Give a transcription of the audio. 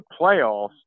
playoffs